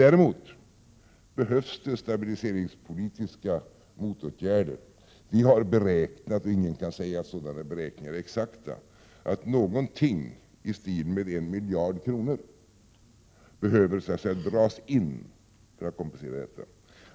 Däremot behövs det stabiliseringspolitiska motåtgärder. Vi har beräknat — men ingen kan ju göra beräkningar som är exakta -— att ett belopp i storleksordningen 1 miljard behöver dras in för att kompensera detta.